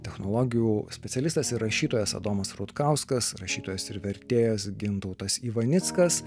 technologijų specialistas ir rašytojas adomas rutkauskas rašytojas ir vertėjas gintautas ivanickas